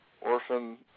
Orphan